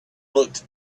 looked